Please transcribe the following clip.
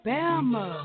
Bama